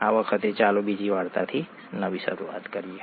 આ વખતે ચાલો બીજી વાર્તાથી શરૂઆત કરીએ